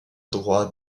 droit